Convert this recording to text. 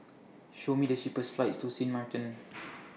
Show Me The cheapest flights to Sint Maarten